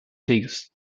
krieges